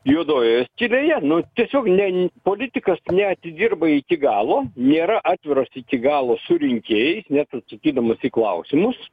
juodojoje skylėje nu tiesiog ne politikas neatidirba iki galo nėra atviras iki galo su rinkėjai net atsakydamas į klausimus